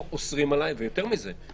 פה אוסרים עלי ויותר מזה,